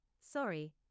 sorry